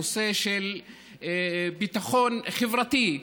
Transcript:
הנושא של ביטחון חברתי,